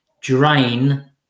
drain